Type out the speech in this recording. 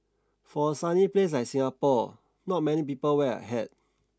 for a sunny place like Singapore not many people wear a hat